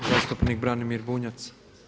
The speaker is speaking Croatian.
Zastupnik Branimir Bunjac.